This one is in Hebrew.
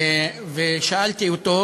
שאלתי אותו,